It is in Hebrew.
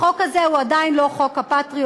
החוק הזה הוא עדיין לא חוק הפטריוט